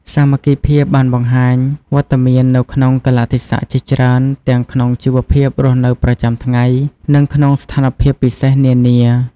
សាមគ្គីភាពបានបង្ហាញវត្តមាននៅក្នុងកាលៈទេសៈជាច្រើនទាំងក្នុងជីវភាពរស់នៅប្រចាំថ្ងៃ និងក្នុងស្ថានភាពពិសេសនានា។